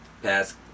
Pass